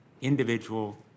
individual